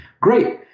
great